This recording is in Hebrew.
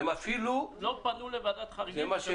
הם אפילו --- לא פנו לוועדת חריגים.